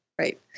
Right